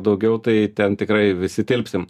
daugiau tai ten tikrai visi tilpsim